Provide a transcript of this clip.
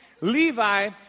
Levi